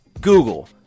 Google